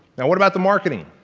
now what about the marketing?